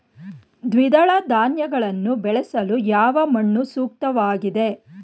ದ್ವಿದಳ ಧಾನ್ಯಗಳನ್ನು ಬೆಳೆಯಲು ಯಾವ ಮಣ್ಣು ಸೂಕ್ತವಾಗಿದೆ?